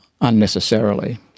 unnecessarily